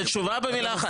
זה תשובה במילה אחת.